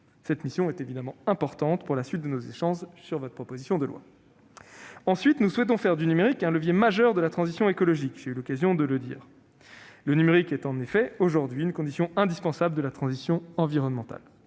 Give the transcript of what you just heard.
Cette mission est évidemment importante pour la suite de nos échanges sur votre proposition de loi. Nous souhaitons, deuxièmement, faire du numérique un levier majeur de la transition écologique- j'ai eu l'occasion de le dire. Le numérique est en effet aujourd'hui une condition indispensable de la transition environnementale